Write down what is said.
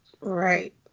Right